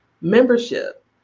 membership